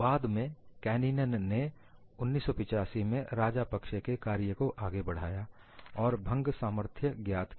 बाद में कैनिनैन ने 1985 में राजापक्षे के कार्य को आगे बढ़ाया और भंग सामर्थ्य ज्ञात की